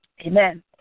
Amen